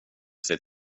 sig